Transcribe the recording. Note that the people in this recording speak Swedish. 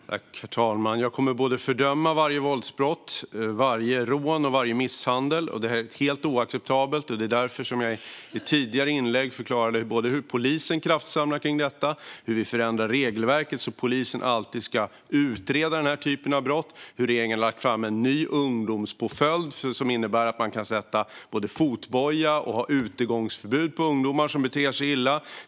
Herr talman! Jag kommer att fördöma varje våldsbrott, varje rån och varje misshandel. Det är helt oacceptabelt. Det var därför jag i ett tidigare svar förklarade att polisen kraftsamlar kring detta, att vi förändrar regelverket så att polisen alltid ska utreda den typen av brott och att regeringen har lagt fram en ny ungdomspåföljd som innebär att man både kan sätta fotboja på de ungdomar som beter sig illa och kan ge dem utegångsförbud.